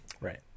Right